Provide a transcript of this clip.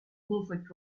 perfect